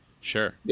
Sure